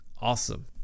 awesome